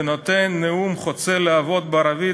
ונותן נאום חוצב להבות בערבית,